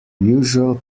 usual